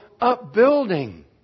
upbuilding